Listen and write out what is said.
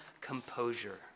composure